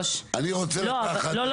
הוא פג במרץ 23'. לא,